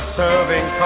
serving